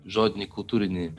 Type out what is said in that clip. žodinį kultūrinį